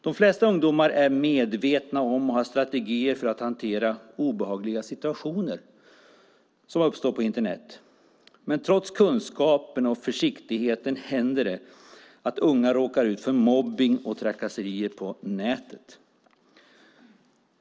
De flesta ungdomar är medvetna om och har strategier för att hantera obehagliga situationer som uppstår på Internet, men trots kunskap och försiktighet händer det att unga råkar ut för mobbning och trakasserier på nätet.